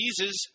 Jesus